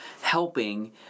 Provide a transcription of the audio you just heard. helping